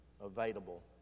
available